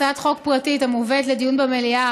הצעת חוק פרטית המובאת לדיון במליאה